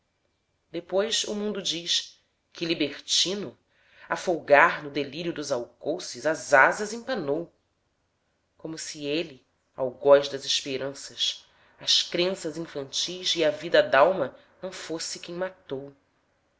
depois o mundo diz que libertino a folgar no delírio dos alcouces s asas empanou como se ele algoz das esperanças as crenças infantis e a vida dalma não fosse quem matou